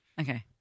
Okay